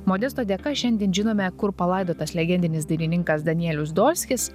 modesto dėka šiandien žinome kur palaidotas legendinis dainininkas danielius dolskis